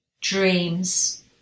dreams